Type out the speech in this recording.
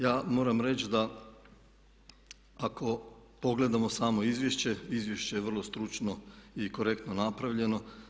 Ja moram reći da ako pogledamo samo izvješće, izvješće je vrlo stručno i korektno napravljeno.